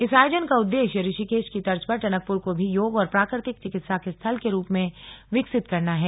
इस आयोजन का उद्देश्य ऋषिकेश की तर्ज पर टनकपुर को भी योग और प्राकृतिक चिकित्सा के स्थल के रूप में विकसित करना है